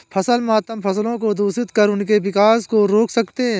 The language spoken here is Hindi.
फसल मातम फसलों को दूषित कर उनके विकास को रोक सकते हैं